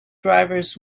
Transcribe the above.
drivers